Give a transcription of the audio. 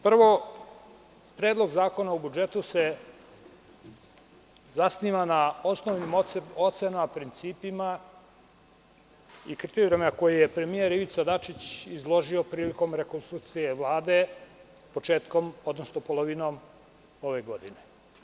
Prvo, Predlog zakona o budžetu se zasniva na osnovnim ocenama, principima i kriterijumima koje je premijer Ivica Dačić izložio prilikom rekonstrukcije Vlade, početkom, odnosno polovinom ove godine.